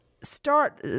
start